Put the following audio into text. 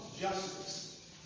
justice